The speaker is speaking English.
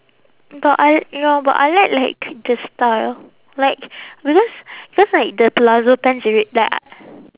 but I ya but I like like the style like because cause like the palazzo pants are red like I